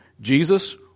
Jesus